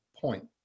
point